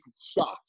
shocked